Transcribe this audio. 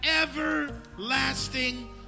everlasting